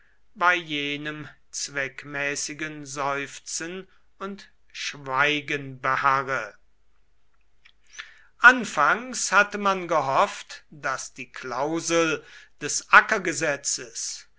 bei jenem zweckmäßigen seufzen und schweigen beharre anfangs hatte man gehofft daß die klausel des